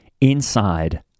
inside